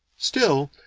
still,